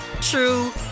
true